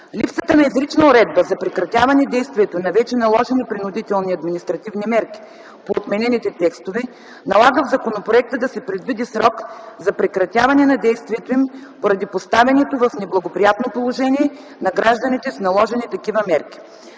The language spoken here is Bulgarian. Липсата на изрична уредба за прекратяване действието на вече наложени принудителни административни мерки по отменените текстове, налага в законопроекта да се предвиди срок за прекратяване на действието им поради поставянето в неблагоприятно положение на гражданите с наложени такива мерки.